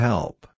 Help